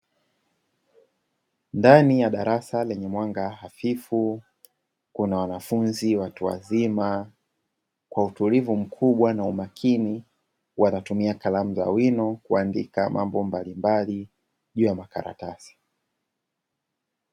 Ndani ya darasa lenye mwanga hafifu kuna wanafunzi watu wazima kwa utulivu mkubwa na umakini wanatumia kalamu za wino kuandika mambo mbalimbali juu ya makaratasi.